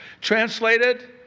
Translated